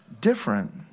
different